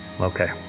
okay